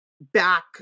back